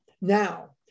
Now